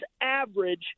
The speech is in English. average